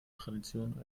tradition